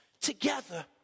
together